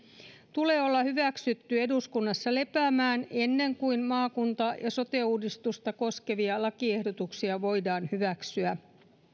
tulee olla hyväksytty eduskunnassa lepäämään ennen kuin maakunta ja sote uudistusta koskevia lakiehdotuksia voidaan hyväksyä